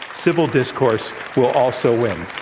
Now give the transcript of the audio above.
civil discourse will also win.